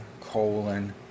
colon